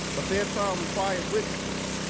ah fair trial requires witnesses.